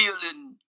feeling